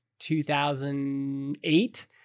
2008